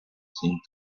seemed